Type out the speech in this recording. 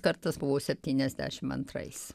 kartas buvo septyniasdešim antrais